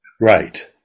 right